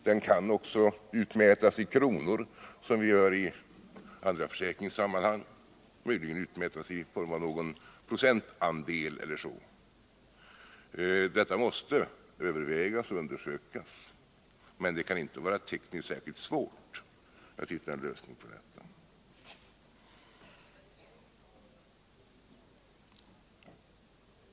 Den kan också utmätas i kronor som vi gör i andra försäkringssammanhang. Den kan möjligen utmätas i form av en procentandel eller på något liknande sätt. Detta måste övervägas och undersökas, men det kan inte vara tekniskt särskilt svårt att hitta en lösning.